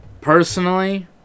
Personally